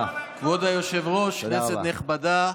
כבוד היושב-ראש, כנסת נכבדה,